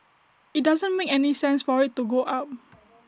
IT doesn't make any sense for IT to go up